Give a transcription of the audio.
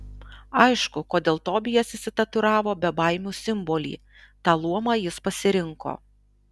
aišku kodėl tobijas išsitatuiravo bebaimių simbolį tą luomą jis pasirinko